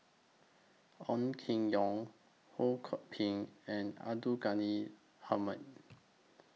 Ong Keng Yong Ho Kwon Ping and Abdul Ghani Hamid